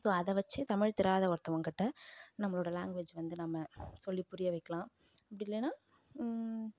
so அதை வச்சு தமிழ் தெரியாத ஒருத்தவங்க கிட்டே நம்மளோட லாங்குவேஜ் வந்து நம்ம சொல்லி புரிய வைக்கிலாம் அப்படி இல்லைனா